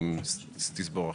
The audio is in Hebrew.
אם היא תסבור אחרת.